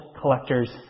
collectors